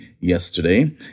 yesterday